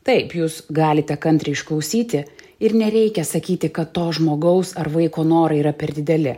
taip jūs galite kantriai išklausyti ir nereikia sakyti kad to žmogaus ar vaiko norai yra per dideli